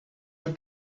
your